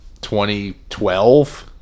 2012